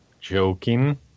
joking